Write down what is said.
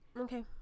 Okay